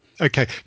Okay